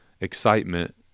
excitement